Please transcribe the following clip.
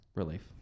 relief